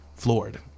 Floored